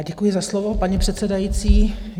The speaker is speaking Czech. Děkuji za slovo, paní předsedající.